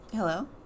Hello